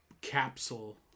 capsule